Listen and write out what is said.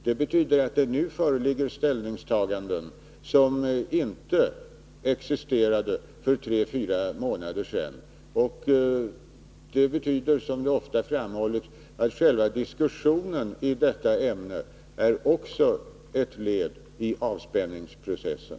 Det betyder att det nu föreligger ställningstaganden som inte existerade för tre fyra månader sedan. Det betyder, vilket ofta framhållits, att själva diskussionen i detta ämne också är ett led i avspänningsprocessen.